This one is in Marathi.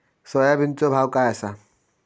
सोयाबीनचो भाव काय आसा?